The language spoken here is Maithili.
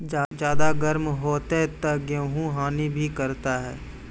ज्यादा गर्म होते ता गेहूँ हनी भी करता है?